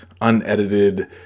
unedited